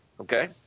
Okay